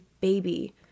baby